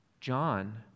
John